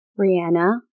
Rihanna